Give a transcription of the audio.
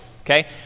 Okay